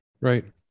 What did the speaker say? Right